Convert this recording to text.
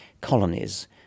colonies